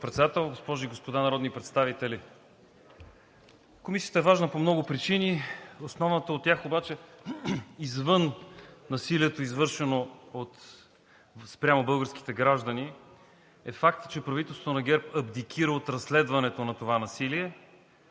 госпожи и господа народни представители! Комисията е важна по много причини, основната от тях обаче – извън насилието, извършено спрямо българските граждани, е фактът, че правителството на ГЕРБ абдикира от разследването на това насилие,